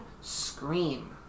scream